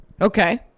okay